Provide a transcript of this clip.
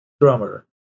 drummer